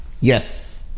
yes